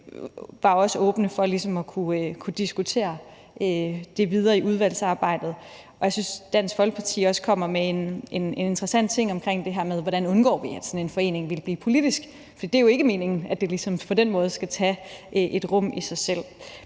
var også åbne for ligesom at kunne diskutere det videre i udvalgsarbejdet. Og jeg synes, at Dansk Folkeparti også kom med en interessant ting omkring det her med, hvordan vi undgår, at sådan en forening bliver politisk, for det er jo ikke meningen, at det på den måde ligesom skal tage et rum for sig selv.